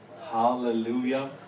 Hallelujah